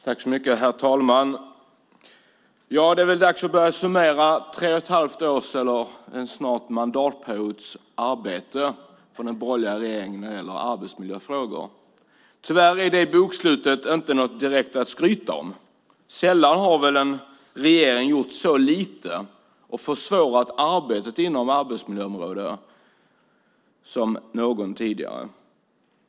Herr talman! Det är väl dags att börja summera tre och ett halvt års eller snart en mandatperiods arbete från den borgerliga regeringen när det gäller arbetsmiljöfrågor. Tyvärr är det bokslutet inte direkt något att skryta om. Sällan har väl en regering gjort så lite och så försvårat arbetet inom arbetsmiljöområdet jämfört med någon tidigare.